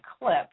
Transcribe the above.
clip